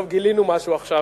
טוב, גילינו משהו עכשיו.